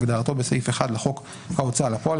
כהגדרתו בסעיף 1 לחוק ההוצאה לפועל,